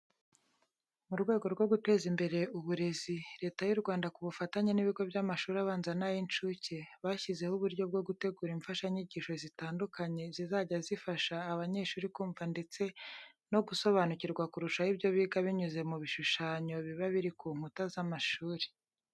Mu rwego rwo guteza imbere uburezi, Leta y'u Rwanda ku bufatanye n'ibigo by'amashuri abanza n'ay'incuke, bashyizeho uburyo bwo gutegura imfashanyigisho zitandukanye zizajya zifasha abanyeshuri kumva ndetse no gusobanukirwa kurushaho ibyo biga binyuze mu bishushanyo biba biri ku nkuta z'amashuri.